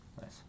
Nice